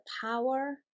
power